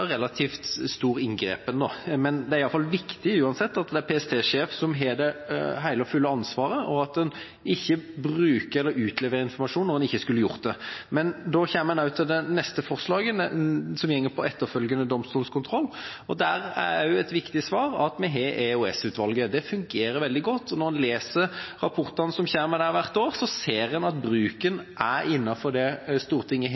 Det er uansett viktig at det er sjefen for PST som har det hele og fulle ansvar, og at en ikke bruker eller utleverer informasjon når en ikke skulle gjort det. Da kommer en også til det neste forslaget, som går på etterfølgende domstolskontroll. Der er også et viktig svar at vi har EOS-utvalget. Det fungerer veldig godt. Når en leser rapportene som kommer hvert år, ser en at bruken er innenfor det som Stortinget